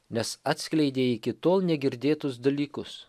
nes atskleidė iki tol negirdėtus dalykus